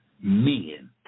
men